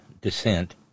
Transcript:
descent